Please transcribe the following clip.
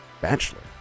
Bachelor